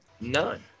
None